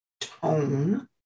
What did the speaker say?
tone